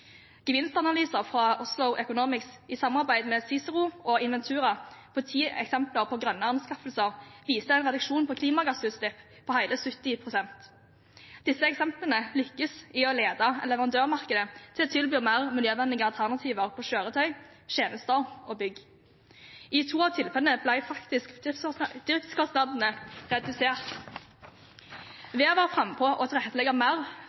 Gevinstanalyser fra Oslo Economics, i samarbeid med Cicero og Inventura, ti eksempler på grønne anskaffelser, viser en reduksjon i klimagassutslipp på hele 70 pst. Disse eksemplene lykkes i å lede leverandørmarkedet til å tilby mer miljøvennlige alternativer når det gjelder kjøretøy, tjenester og bygg. I to av tilfellene ble faktisk driftskostnadene redusert. Ved å være frampå og tilrettelegge mer